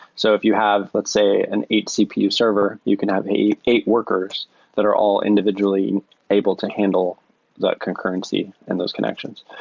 so if you have let's say an eight cpu servers, you can have eight eight workers that are all individually able to handle the concurrency in those connections.